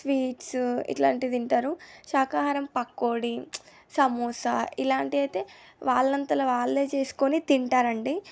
sweets ఇట్లాంటివి తింటారు శాఖాహారం పకోడి సమోసా ఇలాంటివి అయితే వాళ్లంత వాళ్లే చేసుకొని తింటారండి